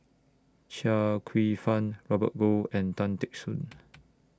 Chia Kwek Fah Robert Goh and Tan Teck Soon